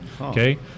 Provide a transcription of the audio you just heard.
okay